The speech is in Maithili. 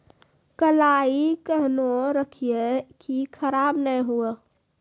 कलाई केहनो रखिए की खराब नहीं हुआ?